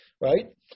right